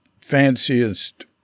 fanciest